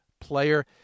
player